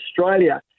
Australia